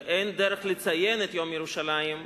ואין דרך לציין את יום ירושלים,